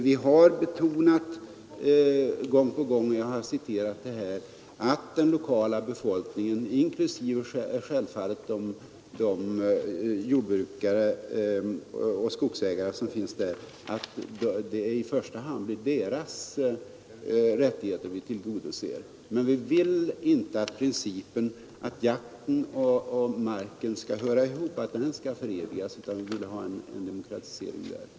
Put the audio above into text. Vi har betonat gång på gång att det i första hand är den lokala befolkningens rättigheter, självfallet inklusive jordbrukares och skogsägares, som vi vill tillgodose. Men vi vill inte att principen om att jakten och marken hör ihop skall förevigas, utan vi vill ha en demokratisering därvidlag.